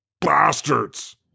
bastards